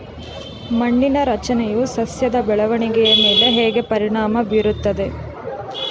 ಮಣ್ಣಿನ ರಚನೆಯು ಸಸ್ಯದ ಬೆಳವಣಿಗೆಯ ಮೇಲೆ ಹೇಗೆ ಪರಿಣಾಮ ಬೀರುತ್ತದೆ?